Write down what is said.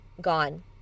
gone